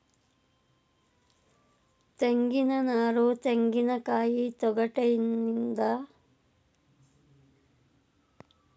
ತೆಂಗಿನನಾರು ತೆಂಗಿನಕಾಯಿ ತೊಗಟಿನಿಂದ ಪಡೆದ ನೈಸರ್ಗಿಕ ನಾರನ್ನು ನೆಲದ ಚಾಪೆ ಕುಂಚಗಳು ಮತ್ತು ಹಾಸಿಗೆ ಉತ್ಪನ್ನದಲ್ಲಿ ಬಳಸಲಾಗ್ತದೆ